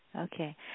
Okay